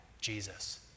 Jesus